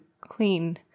clean